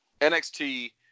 NXT